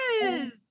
Yes